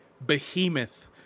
behemoth